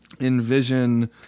envision